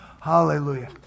hallelujah